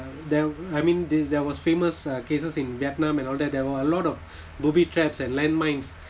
there I mean there was famous uh cases in vietnam and all that there were a lot of booby traps and landmines